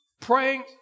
praying